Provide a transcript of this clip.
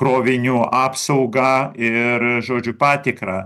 krovinių apsaugą ir žodžiu patikrą